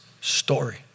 story